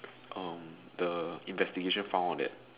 um the investigation found out that